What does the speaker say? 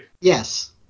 Yes